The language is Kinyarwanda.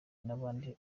abandi